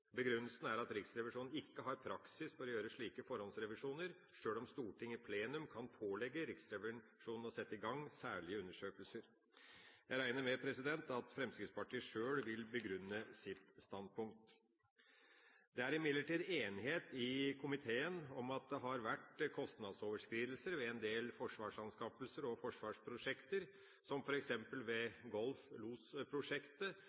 Begrunnelsen er at Riksrevisjonen ikke har praksis for å gjøre slike forhåndsrevisjoner, sjøl om Stortinget i plenum kan pålegge Riksrevisjonen å sette i gang særlige undersøkelser. Jeg regner med at Fremskrittspartiet sjøl vil begrunne sitt standpunkt. Det er imidlertid enighet i komiteen om at det har vært kostnadsoverskridelser ved en del forsvarsanskaffelser og forsvarsprosjekter, som